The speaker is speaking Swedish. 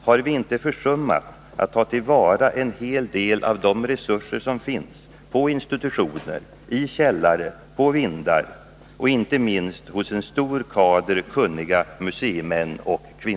Har vi inte försummat att ta till .vara en hel del av de resurser som finns på institutioner, i källare, på vindar och inte minst hos en stor kader kunniga museimän och kvinnor?